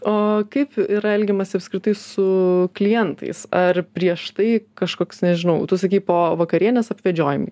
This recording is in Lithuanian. o kaip yra elgiamasi apskritai su klientais ar prieš tai kažkoks nežinau tu sakei po vakarienės apvedžiojami